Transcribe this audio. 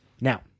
now